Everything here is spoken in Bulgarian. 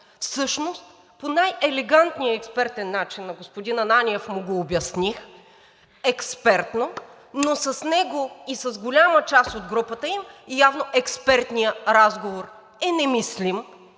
всъщност – по най-елегантния експертен начин, на господин Ананиев му го обясних експертно, но с него и с голяма част от групата им явно експертният разговор е немислим.